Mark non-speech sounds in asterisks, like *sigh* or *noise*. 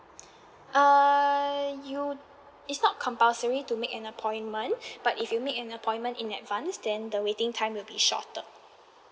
err you it's not compulsory to make an appointment *breath* but if you make an appointment in advance then the waiting time will be shorter